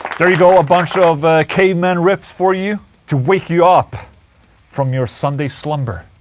there you go, a bunch of cavemen riffs for you to wake you up from your sunday slumber